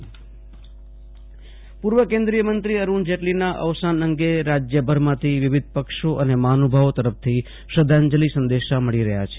વિરલ રાણા અરૂણ જેટલી શ્રધ્ધાંજલી ર પૂર્વ કેન્દ્રિય મંત્રી અરૂણ જેટલીના અવસાન અંગે રાજ્યભરમાંથી વિવિધ પક્ષો અને મહાનુભાવો તરફથી શ્રધ્ધાંજલિ સંદેશો મળી રહ્યા છે